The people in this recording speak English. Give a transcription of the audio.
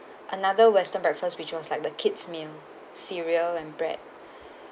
another western breakfast which was like the kids meal cereal and bread